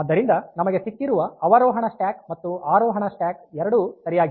ಆದ್ದರಿಂದ ನಮಗೆ ಸಿಕ್ಕಿರುವ ಅವರೋಹಣ ಸ್ಟ್ಯಾಕ್ ಮತ್ತು ಆರೋಹಣ ಸ್ಟ್ಯಾಕ್ ಎರಡೂ ಸರಿಯಾಗಿವೆ